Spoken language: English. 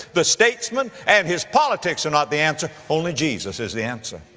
the statesman and his politics are not the answer. only jesus is the answer.